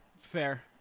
fair